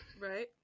Right